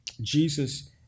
Jesus